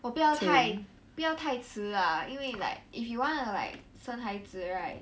我不要太不要太迟 lah 因为 like if you wanna like 生孩子 right